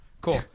cool